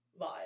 vibe